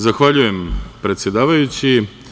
Zahvaljujem predsedavajući.